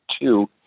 two